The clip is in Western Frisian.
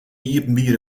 iepenbiere